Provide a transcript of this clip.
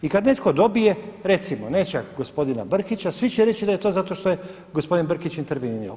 I kada netko dobije, recimo nećak gospodina Brkića, svi će reći da je to zašto što je gospodin Brkić intervenirao.